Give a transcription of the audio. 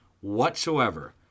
whatsoever